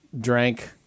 drank